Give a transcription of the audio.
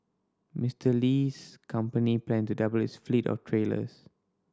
Mister Li's company plan to double its fleet of trailers